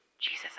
Jesus